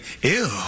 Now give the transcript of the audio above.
Ew